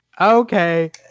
okay